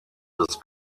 des